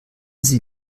sie